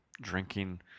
drinking